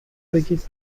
بگید